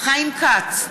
חיים כץ,